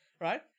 right